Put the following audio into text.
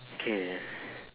okay